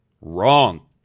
Wrong